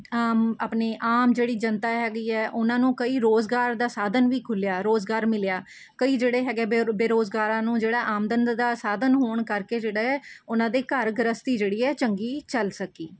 ਆਪਣੇ ਆਮ ਜਿਹੜੀ ਜਨਤਾ ਹੈਗੀ ਹੈ ਉਹਨਾਂ ਨੂੰ ਕਈ ਰੁਜ਼ਗਾਰ ਦਾ ਸਾਧਨ ਵੀ ਖੁੱਲ੍ਹਿਆ ਰੁਜ਼ਗਾਰ ਮਿਲਿਆ ਕਈ ਜਿਹੜੇ ਹੈਗੇ ਬੇ ਬੇਰੁਜ਼ਗਾਰਾਂ ਨੂੰ ਜਿਹੜਾ ਆਮਦਨ ਦਾ ਸਾਧਨ ਹੋਣ ਕਰਕੇ ਜਿਹੜਾ ਹੈ ਉਹਨਾਂ ਦੇ ਘਰ ਗ੍ਰਸਤੀ ਜਿਹੜੀ ਹੈ ਚੰਗੀ ਚੱਲ ਸਕੀ